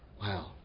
wow